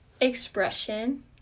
expression